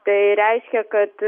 tai reiškia kad